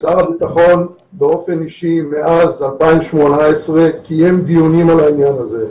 שר הביטחון באופן אישי מאז 2018 קיים דיונים על העניין הזה.